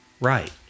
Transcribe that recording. Right